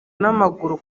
n’amaguru